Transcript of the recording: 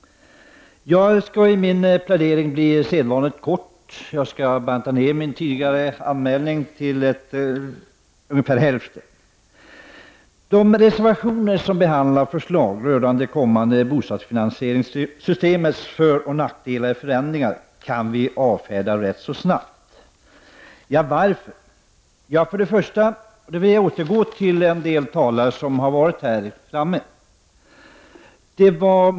Jag ämnar i sedvanlig ordning bli relativt kortfattad i min plädering och banta ner min taletid till ungefär hälften. De reservationer som behandlar förslag rörande det kommande bostadsfinansieringssystemets föroch nackdelar vid förändringar kan avfärdas rätt så snabbt, och man kan fråga sig varför.